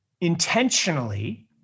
intentionally